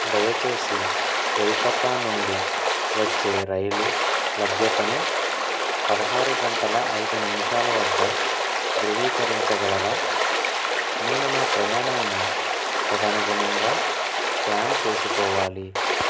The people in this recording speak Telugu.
దయచేసి కోల్కతా నుండి వచ్చే రైలు లభ్యతను పదహారు గంటల ఐదు నిమిషాల వద్ద ధృవీకరించగలరా నేను నా ప్రయాణాన్ని తదనుగుణంగా ప్లాన్ చేసుకోవాలి